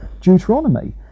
Deuteronomy